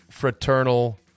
Fraternal